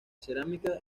cerámica